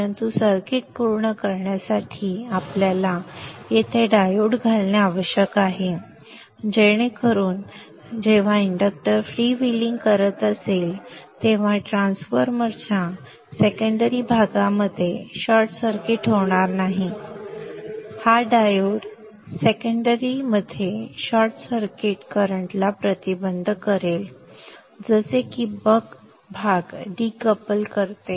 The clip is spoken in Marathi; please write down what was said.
परंतु सर्किट पूर्ण करण्यासाठी आपल्याला येथे डायोड घालणे आवश्यक आहे जेणेकरुन जेव्हा इंडक्टर फ्रीव्हीलिंग करत असेल तेव्हा ट्रान्सफॉर्मरच्या सेकंडरी भागामध्ये शॉर्ट सर्किट होणार नाही हा डायोड सेकंडरी मध्ये शॉर्ट सर्किट करंटला प्रतिबंध करेल जसे की ते बक भाग डीकपल करते